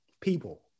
people